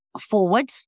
forward